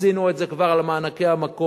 עשינו את זה כבר על מענקי המקום,